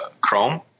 Chrome